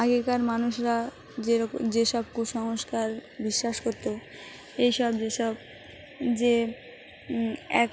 আগেকার মানুষরা যেরকম যেসব কুসংস্কার বিশ্বাস করতো এইসব যেসব যে এক